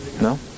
No